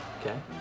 okay